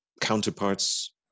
counterparts